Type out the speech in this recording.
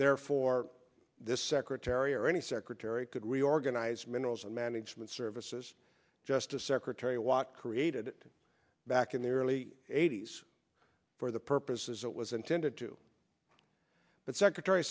therefore this secretary or any secretary could reorganize minerals and management services just as secretary watt created back in the early eighty's for the purposes it was intended to but secretary